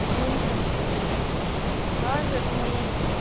हुन्छ हुन्छ नानी हस् हस् म यहीँ